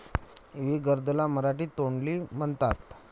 इवी गर्द ला मराठीत तोंडली म्हणतात